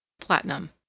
Platinum